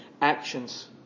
actions